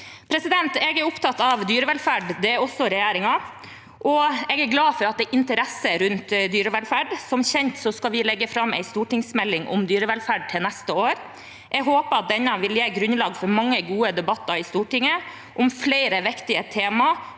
lovendring. Jeg er opptatt av dyrevelferd. Det er også regjeringen. Jeg er glad for at det er interesse rundt dyrevelferd. Som kjent skal vi legge fram en stortingsmelding om dyrevelferd til neste år. Jeg håper at den vil gi grunnlag for mange gode debatter i Stortinget om flere viktige temaer